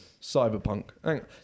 cyberpunk